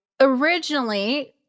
originally